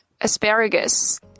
asparagus